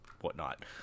whatnot